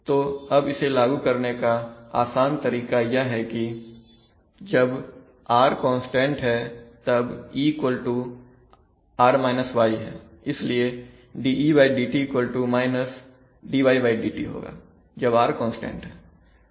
तो अब इसे लागू करने का आसान तरीका यह है कि जब r कांस्टेंट है तब e r y है इसलिए dedt dy dt होगा जब r कांस्टेंट है